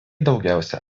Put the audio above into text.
daugiausia